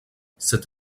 cette